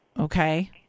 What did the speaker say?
Okay